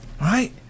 right